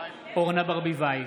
אורנה ברביבאי,